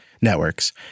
networks